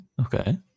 Okay